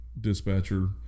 dispatcher